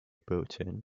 boughton